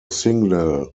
signal